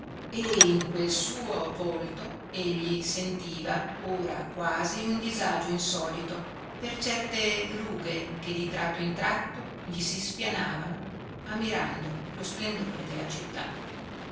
e in quel suo volto egli sentiva ora quasi un disagio insolito per certe rughe che di tratto in tratto gli si spianavano ammirando lo splendore della città